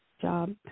job